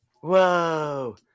Whoa